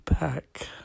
back